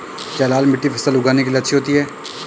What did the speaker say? क्या लाल मिट्टी फसल उगाने के लिए अच्छी होती है?